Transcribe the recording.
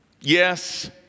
yes